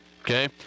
okay